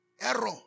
Error